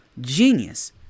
genius